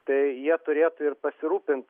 tai jie turėtų ir pasirūpint